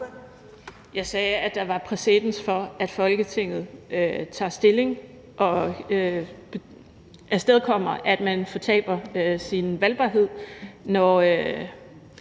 Jeg sagde, at der var præcedens for, at Folketinget tager stilling og afstedkommer, at man fortaber sin valgbarhed,